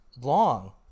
long